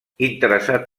interessat